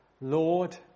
Lord